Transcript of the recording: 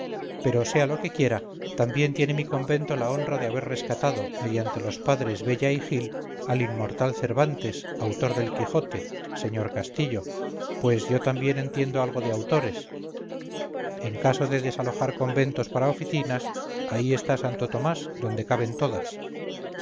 pero sea lo que quiera también tiene mi convento la honra de haber rescatado mediante los padres bella y gil al inmortal cervantes autor del quijote sr castillo pues yo también entiendo algo de autores en caso de desalojar conventos para oficinas ahí está santo tomás donde caben todas